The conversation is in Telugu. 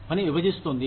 పని విభజిస్తుంది